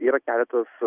yra keletas